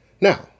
now